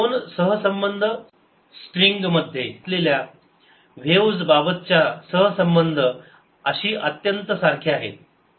ही दोन सहसंबंध स्ट्रिंग मध्ये असलेल्या व्हेव बाबतच्या सहसंबंध अशी अत्यंत सारखे आहे